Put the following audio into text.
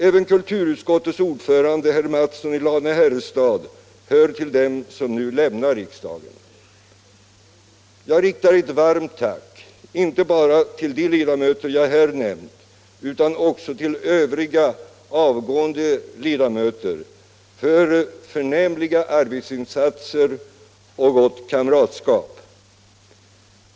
Även kulturutskottets ordförande herr Mattsson i Lane-Herrestad hör till dem som nu lämnar riksdagen. Jag riktar ett varmt tack inte bara till de ledamöter jag här nämnt utan också till övriga avgående ledamöter för förnämliga arbetsinsatser och gott kamratskap.